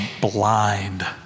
blind